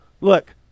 Look